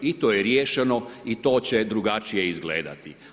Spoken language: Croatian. I to je riješeno i to će drugačije izgledati.